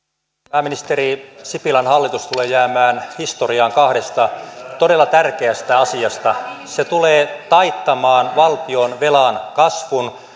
pääministeri sipilän hallitus tulee jäämään historiaan kahdesta todella tärkeästä asiasta se tulee taittamaan valtionvelan kasvun